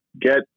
get